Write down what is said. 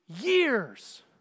years